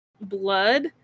blood